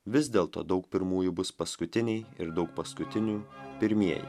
vis dėl to daug pirmųjų bus paskutiniai ir daug paskutinių pirmieji